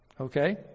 Okay